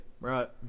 right